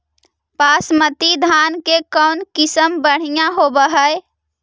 बासमती धान के कौन किसम बँढ़िया होब है?